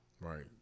Right